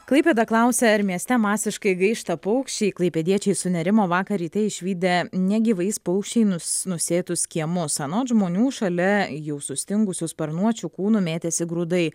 klaipėda klausia ar mieste masiškai gaišta paukščiai klaipėdiečiai sunerimo vakar ryte išvydę negyvais paukščiai nus nusėtus kiemus anot žmonių šalia jų sustingusių sparnuočių kūnų mėtėsi grūdai